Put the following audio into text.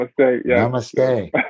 Namaste